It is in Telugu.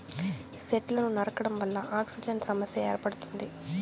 సెట్లను నరకడం వల్ల ఆక్సిజన్ సమస్య ఏర్పడుతుంది